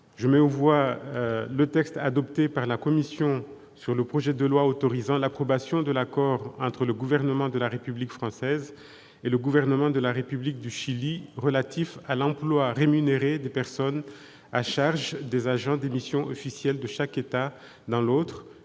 Je mets aux voix le texte adopté par la commission sur le projet de loi autorisant l'approbation de l'accord entre le gouvernement de la République française et le gouvernement de la République du Chili relatif à l'emploi rémunéré des personnes à charge des agents des missions officielles de chaque État dans l'autre